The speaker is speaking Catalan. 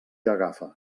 agafa